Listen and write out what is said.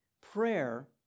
Prayer